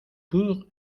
pour